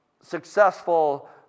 successful